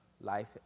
life